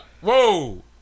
whoa